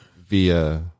via